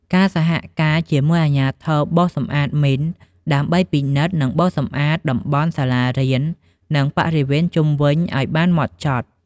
ការសហការជាមួយអាជ្ញាធរបោសសម្អាតមីន ដើម្បីពិនិត្យ និងបោសសម្អាតតំបន់សាលារៀន និងបរិវេណជុំវិញឱ្យបានហ្មត់ចត់។